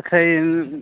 अखन